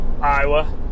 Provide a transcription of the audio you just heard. Iowa